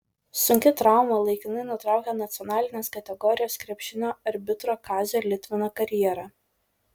sunki trauma laikinai nutraukė nacionalinės kategorijos krepšinio arbitro kazio litvino karjerą